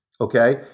Okay